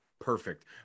perfect